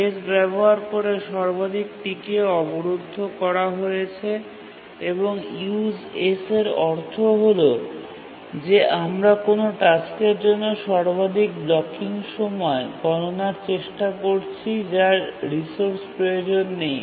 S ব্যবহার করে Tk টাস্ককে সবথেকে বেশি আটকে রাখা হয়েছে এবং Use এর অর্থ হল যে আমরা কোনও টাস্কের জন্য সর্বাধিক ব্লকিং সময় গণনার চেষ্টা করছি যার রিসোর্স প্রয়োজন নেই